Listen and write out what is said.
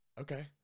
Okay